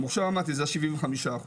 המוכש"ר אמרתי, זה ה-75%.